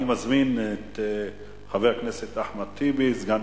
אני מזמין את חבר הכנסת אחמד טיבי, סגן